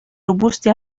robusti